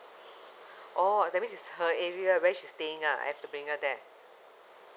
oh that means it's her area where she staying ah I have to bring her there